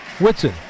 Whitson